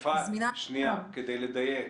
אפרת, שנייה, כדי לדייק.